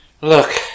Look